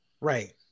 right